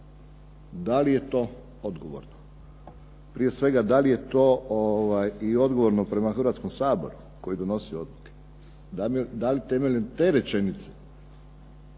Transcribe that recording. da li je to odgovorno. Prije svega, da li je to i odgovorno prema Hrvatskom saboru koji donosi odluke. Da li temeljem te rečenice